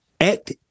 Act